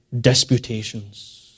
disputations